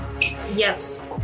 Yes